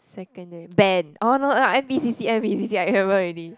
secondary band oh no no N_P_C_C N_P_C_C I remember already